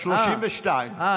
32. אה,